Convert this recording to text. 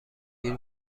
گیر